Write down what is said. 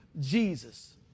Jesus